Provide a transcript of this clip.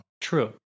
True